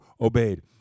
obeyed